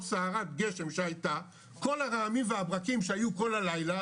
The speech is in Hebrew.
סערת גשם שהייתה כל הרעמים והברקים שהיו כל הלילה,